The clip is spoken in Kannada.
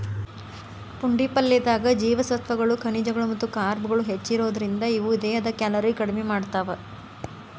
ಪುಂಡಿ ಪಲ್ಲೆದಾಗ ಜೇವಸತ್ವಗಳು, ಖನಿಜಗಳು ಮತ್ತ ಕಾರ್ಬ್ಗಳು ಹೆಚ್ಚಿರೋದ್ರಿಂದ, ಇವು ದೇಹದ ಕ್ಯಾಲೋರಿ ಕಡಿಮಿ ಮಾಡ್ತಾವ